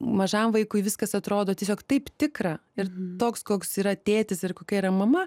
mažam vaikui viskas atrodo tiesiog taip tikra ir toks koks yra tėtis ir kokia yra mama